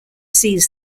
sees